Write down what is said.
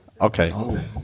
Okay